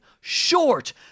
short